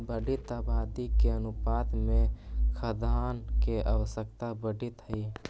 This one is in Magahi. बढ़ीत आबादी के अनुपात में खाद्यान्न के आवश्यकता बढ़ीत हई